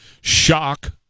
shock